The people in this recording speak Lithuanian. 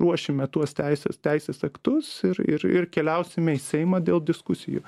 ruošime tuos teisės teisės aktus ir ir ir keliausime į seimą dėl diskusijų